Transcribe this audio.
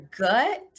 gut